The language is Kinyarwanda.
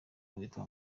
witwa